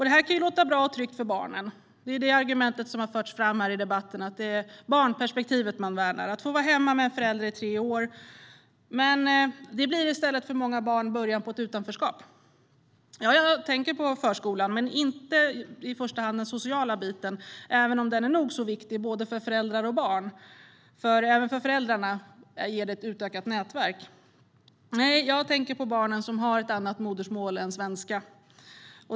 Det här kan låta bra och tryggt för barnen. Det är det argumentet som har förts fram i debatten, det vill säga att man värnar barnperspektivet - att få vara hemma med en förälder i tre år. Men detta blir för många barn i stället början till ett utanförskap. Jag tänker på förskolan men inte i första hand den sociala biten, även om den är nog så viktig för både föräldrar och barn. Förskolan ger även föräldrarna ett utökat nätverk. Nej, jag tänker på de barn som har ett annat modersmål än svenska.